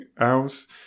else